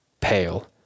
pale